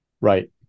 Right